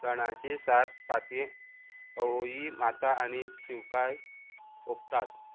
तणाची सात पाती अहोई माता आनी शिवकाय ओंपतात